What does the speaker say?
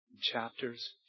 Chapters